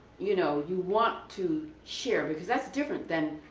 you know you want to share because that's different than,